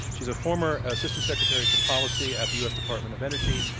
she's a former assistant secretary for policy at the u. s. department of energy,